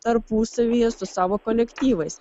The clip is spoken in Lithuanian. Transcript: tarpusavyje su savo kolektyvais